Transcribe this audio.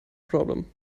problem